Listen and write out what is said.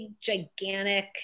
gigantic